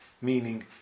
Meaning